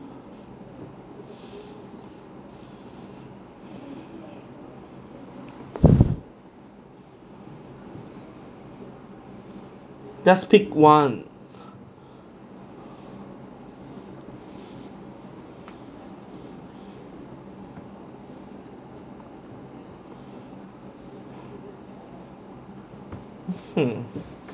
just pick one hmm